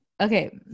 Okay